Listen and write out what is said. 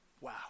Wow